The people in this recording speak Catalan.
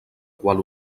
qual